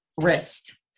wrist